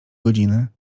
godziny